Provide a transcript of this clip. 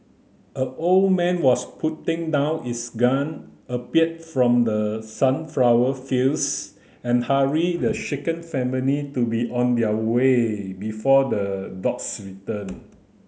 a old man was putting down his gun appeared from the sunflower fields and hurried the shaken family to be on their way before the dogs return